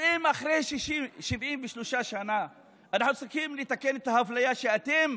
אם אחרי 73 שנים אנחנו צריכים לתקן את האפליה שאתם